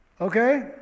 Okay